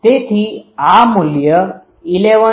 તેથી આ મૂલ્ય 11